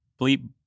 bleep